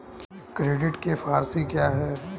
Credit के four C क्या हैं?